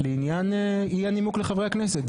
לעניין נימוק לחברי הכנסת.